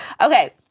Okay